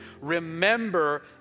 Remember